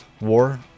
war